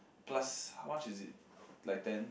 plus how much is it like ten